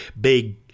Big